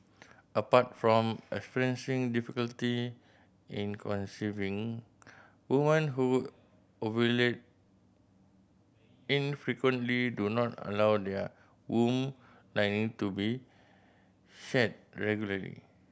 apart from experiencing difficulty in conceiving women who ovulate infrequently do not allow their womb lining to be shed regularly